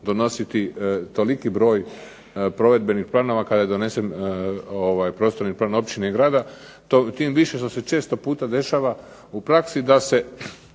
donositi toliki broj provedbenih planova kada je donesen prostorni plan općine i grada, tim više što se često puta dešava u praksi da se